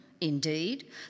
Indeed